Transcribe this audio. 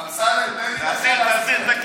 אמסלם, תן לי להסביר להם.